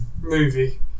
movie